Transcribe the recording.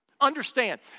Understand